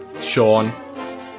Sean